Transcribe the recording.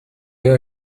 ایا